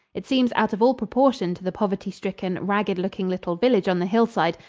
it seems out of all proportion to the poverty-stricken, ragged-looking little village on the hillside,